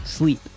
Sleep